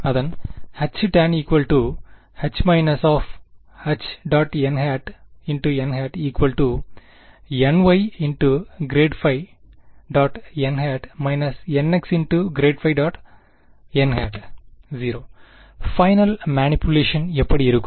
அதன் HtanH−H·nnny∇ϕ·n−nx∇ϕ·n 0 final manipulation எப்படி இருக்கும்